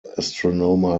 astronomer